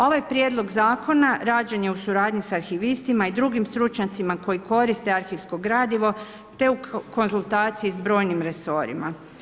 Ovaj prijedlog zakona rađen je u suradnji sa arhivistima i drugim stručnjacima koji koriste arhivsko gradivo te u konzultaciji sa brojnim resorima.